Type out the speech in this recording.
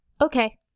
Okay